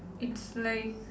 it's like